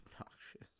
obnoxious